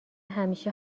همیشه